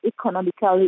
economically